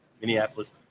Minneapolis